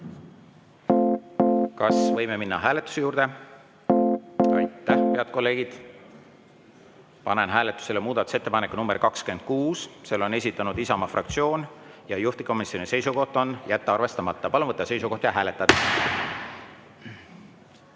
Kas võime minna hääletuse juurde? (Saal on nõus.) Aitäh, head kolleegid! Panen hääletusele muudatusettepaneku nr 26. Selle on esitanud Isamaa fraktsioon ja juhtivkomisjoni seisukoht on jätta arvestamata. Palun võtta seisukoht ja hääletada!